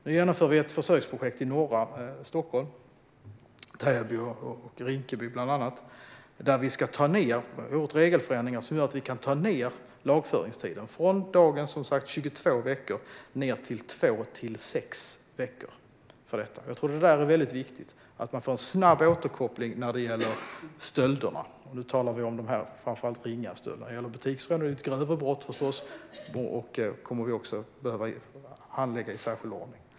Nu genomför vi ett försöksprojekt i norra Stockholm, bland annat i Täby och Rinkeby, där vi har gjort en regelförändring som gör att vi kan ta ned lagföringstiden från dagens 22 veckor till 2 till 6 veckor för detta. Jag tror att det är väldigt viktigt att man får en snabb återkoppling när det gäller stölderna. Nu talar vi framför allt om de ringa stölderna. Butiksrån är förstås ett grövre brott, och det kommer vi också att behöva handlägga i särskild ordning.